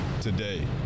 Today